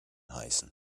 heißen